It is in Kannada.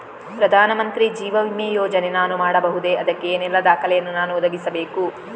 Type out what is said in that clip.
ಪ್ರಧಾನ ಮಂತ್ರಿ ಜೀವ ವಿಮೆ ಯೋಜನೆ ನಾನು ಮಾಡಬಹುದೇ, ಅದಕ್ಕೆ ಏನೆಲ್ಲ ದಾಖಲೆ ಯನ್ನು ನಾನು ಒದಗಿಸಬೇಕು?